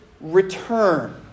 return